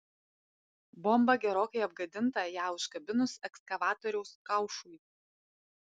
bomba gerokai apgadinta ją užkabinus ekskavatoriaus kaušui